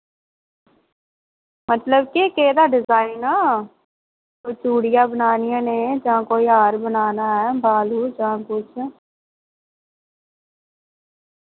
मतलब के केह्दा डिजाइन कोई चूड़ियां बनानियां ने जां कोई हार बनाना ऐ बालू जां कुछ